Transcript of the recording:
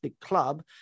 club